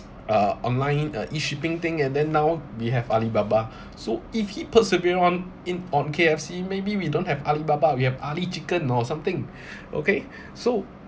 uh online uh E-shipping thing and then now we have Alibaba so if he persevere on in on K_F_C maybe we don't have Alibaba we have ali chicken or something okay so